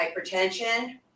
hypertension